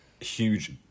Huge